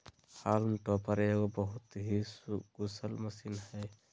haulm topper एगो बहुत ही कुशल मशीन हइ